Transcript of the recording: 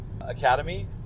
Academy